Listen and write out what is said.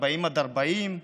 40 עד 40,